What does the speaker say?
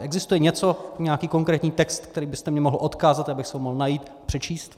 Existuje něco, nějaký konkrétní text, který byste mi mohl odkázat, abych si ho mohl najít a přečíst?